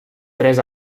tres